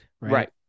right